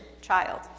child